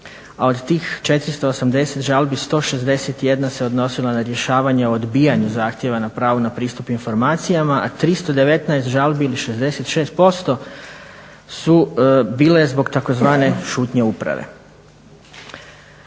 a od tih 480 žalbi 161 se odnosila na rješavanje odbijenih zahtjeva na pravu na pristup informacijama, a 319 žalbi ili 66% su bile zbog tzv. "šutnje uprave".